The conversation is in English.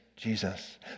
Jesus